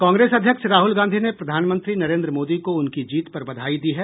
कांग्रेस अध्यक्ष राहल गांधी ने प्रधानमंत्री नरेंद्र मोदी को उनकी जीत पर बधाई दी है